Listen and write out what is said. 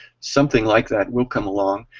something like that will come along.